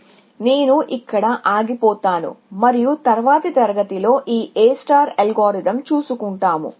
కాబట్టి నేను ఇక్కడ ఆగిపోతాను మరియు తరువాతి తరగతిలో ఈ స్టార్ అల్గోరిథం తీసుకుంటాము